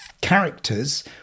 characters